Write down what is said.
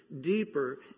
deeper